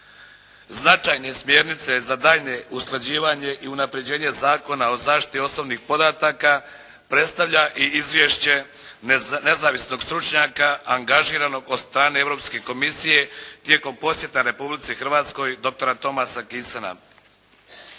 Značajne smjernice za daljnje usklađivanje i unapređenje Zakona o zaštiti osobnih podataka predstavlja i izvješće nezavisnog stručnjaka angažiranog od strane Europske komisije tijekom posjeta Republici Hrvatskoj doktora Tomasa Kinsena.